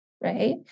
right